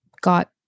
got